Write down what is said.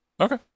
Okay